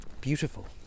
beautiful